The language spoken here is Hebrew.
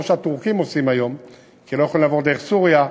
וכמו שהטורקים עושים היום כי הם לא יכולים לעבור דרך סוריה,